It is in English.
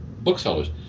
booksellers